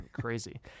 crazy